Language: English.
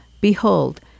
Behold